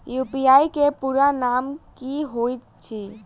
UPI केँ पूरा नाम की होइत अछि?